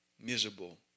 miserable